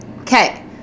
Okay